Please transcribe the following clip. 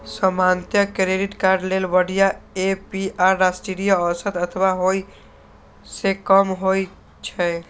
सामान्यतः credit card लेल बढ़िया ए.पी.आर राष्ट्रीय औसत अथवा ओइ सं कम होइ छै